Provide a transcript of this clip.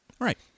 Right